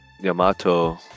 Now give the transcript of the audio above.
Yamato